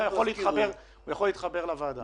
הוא יכול להתחבר לוועדה.